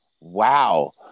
wow